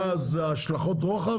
מה השלכות הרוחב?